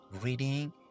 reading